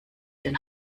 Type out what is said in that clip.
den